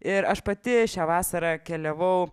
ir aš pati šią vasarą keliavau